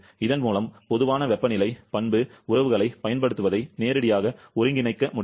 இதன் மூலம் பொதுவான வெப்பநிலை பண்பு உறவுகளைப் பயன்படுத்துவதை நேரடியாக ஒருங்கிணைக்க முடியும்